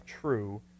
true